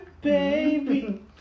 baby